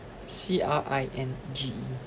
C R I N G E